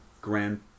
grand